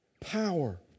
Power